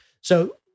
So-